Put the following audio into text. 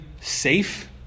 safe